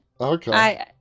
Okay